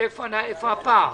איפה הפער.